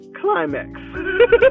climax